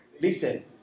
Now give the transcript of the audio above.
Listen